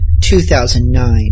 2009